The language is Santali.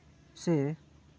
ᱥᱮ